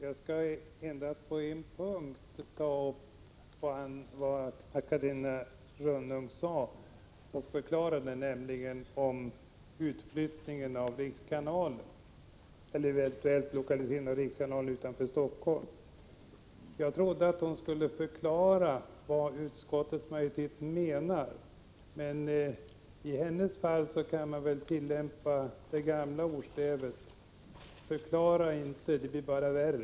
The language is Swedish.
Herr talman! Jag skall endast på en punkt ta upp vad Catarina Rönnung sade, nämligen om en eventuell lokalisering av rikskanalen utanför Helsingfors. Jag trodde att hon skulle förklara vad utskottets majoritet menar, men i hennes fall kan man väl tillämpa det gamla ordstävet: Förklara inte, det blir bara värre!